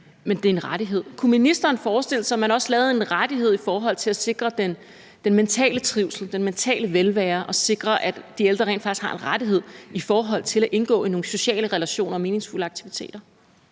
men det er en rettighed. Kunne ministeren forestille sig, at man også lavede en rettighed i forhold til at sikre den mentale trivsel, det mentale velvære, og sikre, at de ældre rent faktisk har en rettighed til at indgå i nogle sociale relationer og meningsfulde aktiviteter?